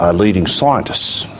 ah leading scientist,